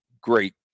great